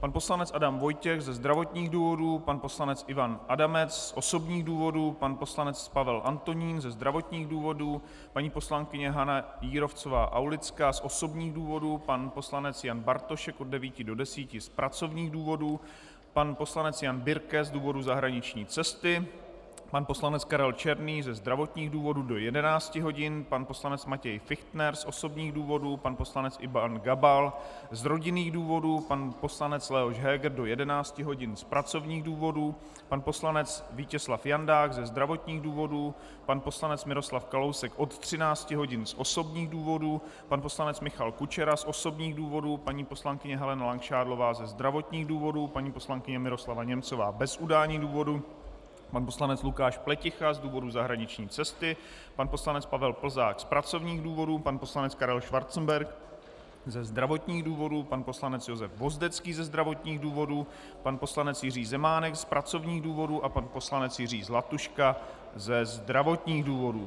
pan poslanec Adam Vojtěch ze zdravotních důvodů, pan poslanec Ivan Adamec z osobních důvodů, pan poslanec Pavel Antonín ze zdravotních důvodů, paní poslankyně Hana Jírovcová Aulická z osobní důvodů, pan poslanec Jan Bartošek od 9 do 10 hodin z pracovních důvodů, pan poslanec Jan Birke z důvodu zahraniční cesty, pan poslanec Karel Černý ze zdravotních důvodů do 11 hodin, pan poslanec Matěj Fichtner z osobních důvodů, pan poslanec Ivan Gabal z rodinných důvodů, pan poslanec Leoš Heger do 11 hodin z pracovních důvodů, pan poslanec Vítězslav Jandák ze zdravotních důvodů, pan poslanec Miroslav Kalousek od 13 hodin z osobních důvodů, pan poslanec Michal Kučera z osobních důvodů, paní poslankyně Helena Langšádlová ze zdravotních důvodů, paní poslankyně Miroslava Němcová bez udání důvodu, pan poslanec Lukáš Pleticha z důvodu zahraniční cesty, pan poslanec Pavel Plzák z pracovních důvodů, pan poslanec Karel Schwarzenberg ze zdravotních důvodů, pan poslanec Josef Vozdecký ze zdravotních důvodů, pan poslanec Jiří Zemánek z pracovních důvodů a pan poslanec Jiří Zlatuška ze zdravotních důvodů.